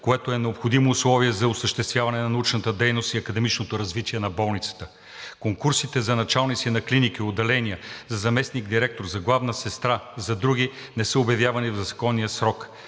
което е необходимо условие за осъществяване на научната дейност и академичното развитие на болницата. Конкурсите за началници на клиники и отделения, за заместник-директор, за главна сестра и други не са обявени в законовия срок.